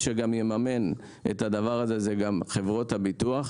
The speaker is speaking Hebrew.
שגם יממן את הדבר הזה יהיו חברות הביטוח.